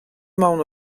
emaon